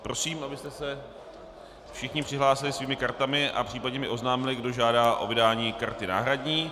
Prosím, abyste se všichni přihlásili svými kartami a případně mi oznámili, kdo žádá o vydání karty náhradní.